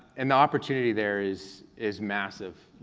and the opportunity there is is massive.